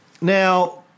Now